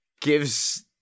gives